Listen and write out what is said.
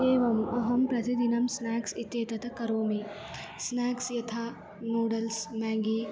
एवम् अहं प्रतिदिनं स्न्याक्स् इत्येतत् करोमि स्न्याक्स् यथा नूडल्स् म्यागी